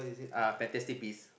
uh fantastic beast